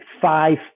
five